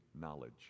knowledge